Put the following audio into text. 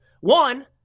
One